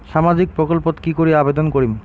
সামাজিক প্রকল্পত কি করি আবেদন করিম?